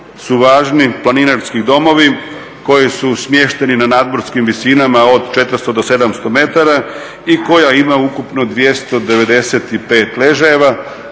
su važni planinarski domovi koji su smješteni na nadmorskim visinama od 400 do 700 metara i koja ima ukupno 295 ležajeva.